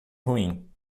ruim